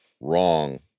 wrong